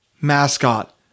mascot